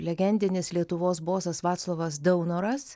legendinis lietuvos bosas vaclovas daunoras